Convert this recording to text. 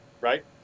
Right